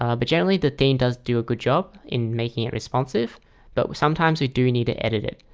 ah but generally the theme does do a good job in making it responsive but sometimes we do need to edit it.